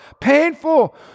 painful